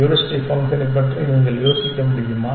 heuristic ஃபங்க்ஷனைப் பற்றி நீங்கள் யோசிக்க முடியுமா